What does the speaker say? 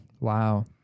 Wow